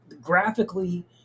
graphically